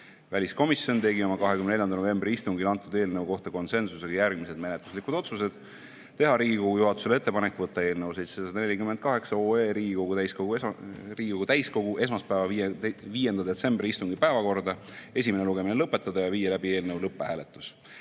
Väliskomisjon tegi oma 24. novembri istungil eelnõu kohta konsensusega järgmised menetluslikud otsused: teha Riigikogu juhatusele ettepanek võtta eelnõu 748 Riigikogu täiskogu esmaspäeva, 5. detsembri istungi päevakorda, esimene lugemine lõpetada ja viia läbi eelnõu lõpphääletus,